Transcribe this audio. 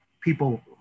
people